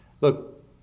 Look